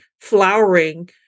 flowering